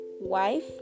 wife